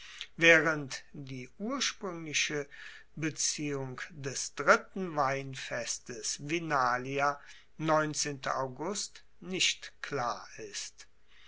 waehrend die urspruengliche beziehung des dritten weines nicht klar ist